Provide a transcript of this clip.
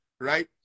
Right